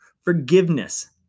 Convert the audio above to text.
forgiveness